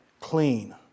clean